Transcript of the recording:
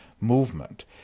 movement